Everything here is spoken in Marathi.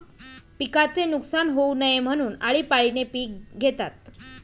पिकाचे नुकसान होऊ नये म्हणून, आळीपाळीने पिक घेतात